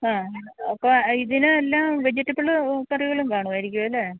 അ അപ്പം ഇതിനെല്ലാം വെജിറ്റബിൾ കറികളും കാണുമായിരിക്കും അല്ലെ